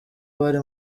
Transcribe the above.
bari